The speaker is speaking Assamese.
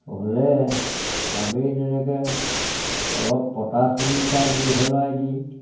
হ'লে আমি তেনেকে অলপ পটাছ গুড়ি তাত মিহলাই দি